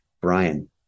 Brian